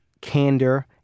candor